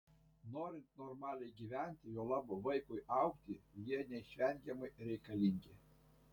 norint normaliai gyventi juolab vaikui augti jie neišvengiamai reikalingi